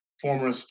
former